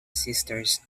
sisters